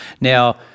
Now